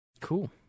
Cool